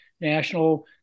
national